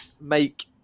make